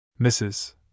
Mrs